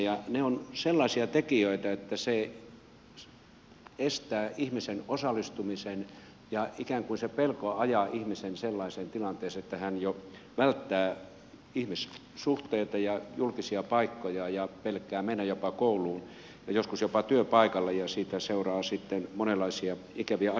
ne ovat sellaisia tekijöitä että se estää ihmisen osallistumisen ja ikään kuin se pelko ajaa ihmisen sellaiseen tilanteeseen että hän jo välttää ihmissuhteita ja julkisia paikkoja pelkää mennä kouluun ja joskus jopa työpaikalle ja siitä seuraa sitten monenlaisia ikäviä asioita